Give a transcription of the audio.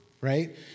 Right